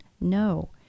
No